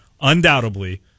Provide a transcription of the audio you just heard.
undoubtedly